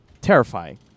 Terrifying